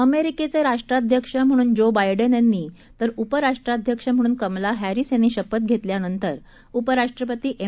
अमेरिकेचेराष्ट्राध्यक्षम्हणूनजोबायडेनयांनी उपराष्ट्राध्यक्षम्हणूनकमलाहॅरिसयांनीशपथघेतल्यानंतरउपराष्ट्रपतीएम